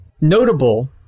notable